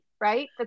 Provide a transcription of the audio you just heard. right